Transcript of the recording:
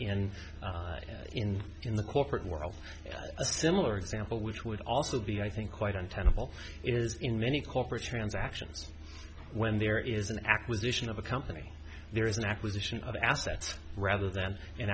and in in the corporate world a similar example which would also be i think quite untenable is in many corporate transactions when there is an acquisition of a company there is an acquisition of assets rather than an